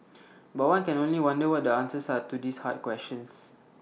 but one can only wonder what the answers are to these hard questions